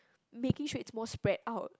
making sure it's more spread out